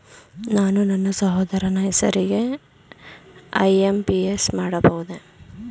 ನಾನು ನನ್ನ ಸಹೋದರನ ಹೆಸರಿಗೆ ಐ.ಎಂ.ಪಿ.ಎಸ್ ಮಾಡಬಹುದೇ?